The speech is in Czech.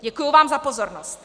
Děkuji vám za pozornost.